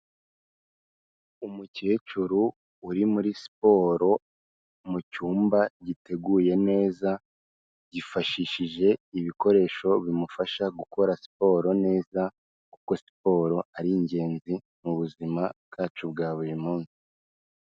Umukecuru uri muri siporo mu cyumba giteguye neza, yifashishije ibikoresho bimufasha gukora siporo neza, kuko siporo ari ingenzi mu buzima bwacu bwa buri munsi.